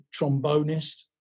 trombonist